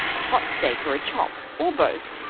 a hot steak or a chop, or both.